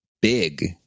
big